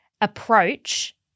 approach